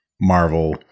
Marvel